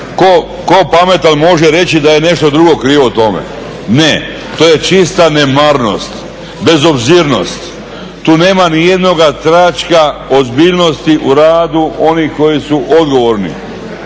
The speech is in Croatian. tko pametan može reći da je nešto drugo krivo tome. Ne, to je čista nemarnost, bezobzirnost, tu nema ni jednoga tračka ozbiljnosti u radu onih koji su odgovorni.